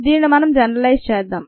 దీనిని మనం జనరలైజ్ చేద్దాం